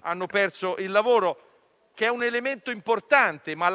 hanno perso il lavoro). Si tratta di un elemento importante, ma